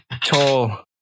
tall